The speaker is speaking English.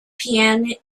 pianist